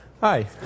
Hi